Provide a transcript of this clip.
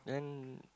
then